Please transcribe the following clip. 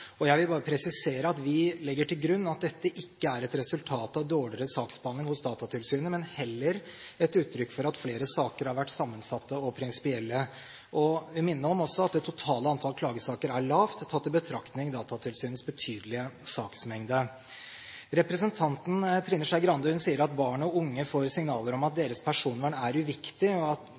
Jeg vil bare presisere at vi legger til grunn at dette ikke er et resultat av dårligere saksbehandling hos Datatilsynet, men heller et uttrykk for at flere saker har vært sammensatte og prinsipielle. Jeg vil minne om også at det totale antall klagesaker er lavt, tatt i betraktning Datatilsynets betydelige saksmengde. Representanten Trine Skei Grande sier at barn og unge får signaler om at deres personvern er uviktig, og at